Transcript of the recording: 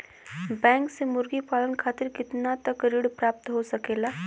Bank से मुर्गी पालन खातिर कितना तक ऋण प्राप्त हो सकेला?